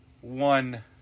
one